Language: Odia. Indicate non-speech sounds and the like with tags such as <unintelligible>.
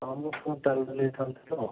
ହଁ ମୁଁ <unintelligible> ପଚାରୁଥିଲି ତ ତାଙ୍କୁ ତ